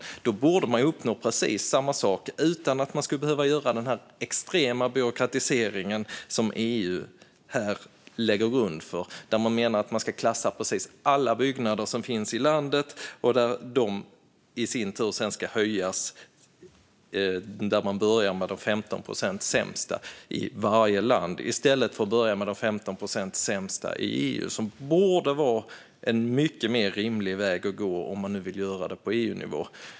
På så sätt borde vi uppnå precis samma sak utan att behöva göra den extrema byråkratisering som EU här lägger grunden för och där man menar att precis alla byggnader som finns i landet ska klassas. De ska sedan höjas, och man börjar med de sämsta 15 procenten i varje land - i stället för att börja med de sämsta 15 procenten i EU, vilket borde vara en mycket mer rimlig väg att gå om man nu vill göra detta på EU-nivå.